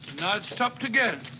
it stopped again.